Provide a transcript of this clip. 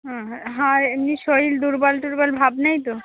হ্যাঁ আর এমনি শরীর দুর্বল টুর্বল ভাব নেই তো